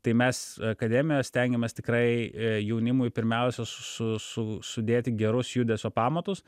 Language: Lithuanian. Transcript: tai mes akademijoj stengiamės tikrai jaunimui pirmiausia su su sudėti gerus judesio pamatus